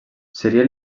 seria